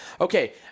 Okay